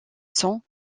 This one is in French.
sont